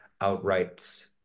outright